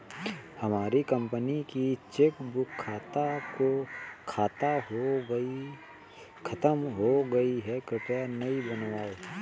हमारी कंपनी की चेकबुक खत्म हो गई है, कृपया नई बनवाओ